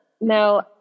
no